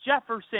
Jefferson